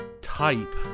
type